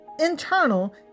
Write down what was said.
internal